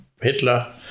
Hitler